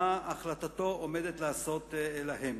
מה החלטתו עומדת לעשות להם.